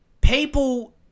people